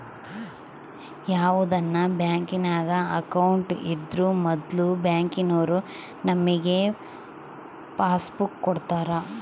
ಯಾವುದನ ಬ್ಯಾಂಕಿನಾಗ ಅಕೌಂಟ್ ಇದ್ರೂ ಮೊದ್ಲು ಬ್ಯಾಂಕಿನೋರು ನಮಿಗೆ ಪಾಸ್ಬುಕ್ ಕೊಡ್ತಾರ